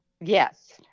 yes